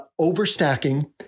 overstacking